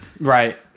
Right